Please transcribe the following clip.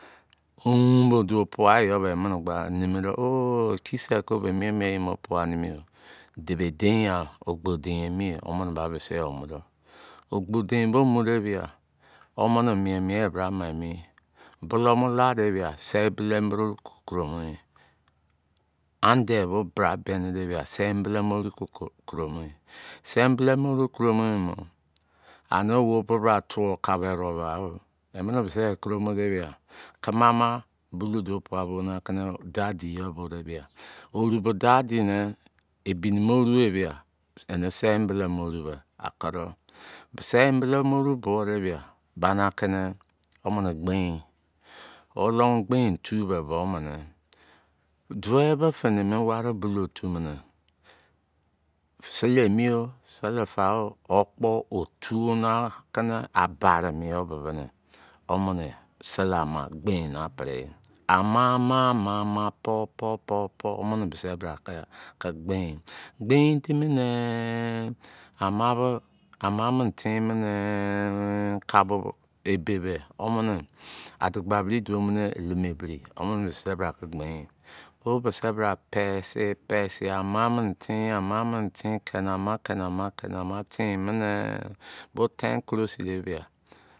Onwu bo duo pua yi yo be emini gbaa nemi do, oh! Ekiseh ko be mien-mien ye pua nimi yan? De bei dein, ogbo-dein emi ye. Womini ba bisi yo o mudo. Ogbo deru bo nu de bia, womini mien mien emi. Bulou o mu la de bịa, sei-embelemo oru ki koro mo yi. Ande bo bra beni de bia, sei-embelemo oru ki koro mọ yi. Sei-embe̱le̱mo̱-oru koro mọ yi bẹ, ani wo bo bra tụọ kabu erewou bau o? Emini bisi yai koromo debia kini-ana bulou duo pua bo na kini daadi yo o bo de bia. Oru be̱ daadi ne̱ ebinimi oru e bia, eni sei-embelemo-oru be akido sei-embelemo-oru buo de bia, bani akini womini obein yi. Oleimo gbeuruyi tu bẹ. Duwei be finimi wari-bulou otu mini sili emi to yo, sili fa o. O kpo otuo ni aki na a bari mo yo bibini. Omini sili ama obein na pri yi. Ama, ama, ama, ama, pou, pou, pou, pou. Womini bisi bra ke gbein yi. Gbein timi ne, ama be, ama mini tin mini kabu ebe be wornin adagbabiri duo mu ne elemebiri worim bisi bra ki gbein yi. Wo bisi bra pesi, pesi, ama mini tin, ama mini tin keni ama, keni ama tin timi ne̱.